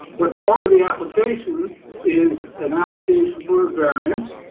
but part of the application is and application for a variance